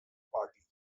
party